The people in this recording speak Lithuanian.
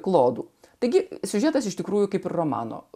klodų taigi siužetas iš tikrųjų kaip romano